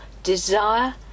Desire